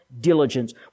diligence